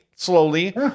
slowly